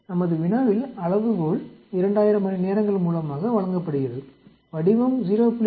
நனது வினாவில் அளவுகோள் 2000 மணிநேரங்கள் மூலமாக வழங்கப்படுகிறது வடிவம் 0